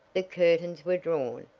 the curtains were drawn,